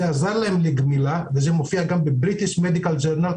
זה מופיע גם ב-British Medical Journal.